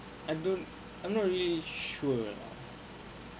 I don't I'm not really sure you know